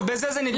לא, בזה זה נגמר.